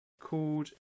called